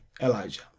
Elijah